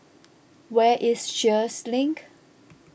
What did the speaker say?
where is Sheares Link